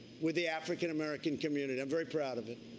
with the african-american community. i'm very proud of it.